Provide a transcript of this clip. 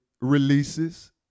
releases